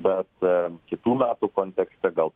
bet kitų metų kontekste gal